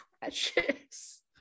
precious